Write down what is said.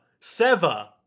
Seva